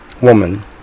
woman